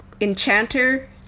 enchanter